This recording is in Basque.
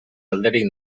alderik